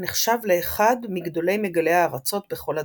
הנחשב לאחד מגדולי מגלי הארצות בכל הדורות.